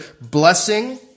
blessing